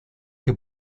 que